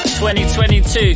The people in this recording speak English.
2022